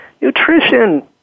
Nutrition